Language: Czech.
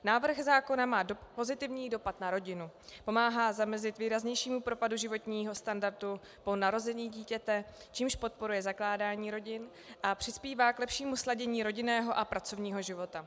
Návrh zákona má pozitivní dopad na rodinu, pomáhá zamezit výraznějšímu propadu životního standardu po narození dítěte, čímž podporuje zakládání rodin a přispívá k lepšímu sladění rodinného a pracovního života.